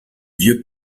vieux